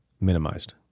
minimized